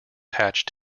patch